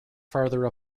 farther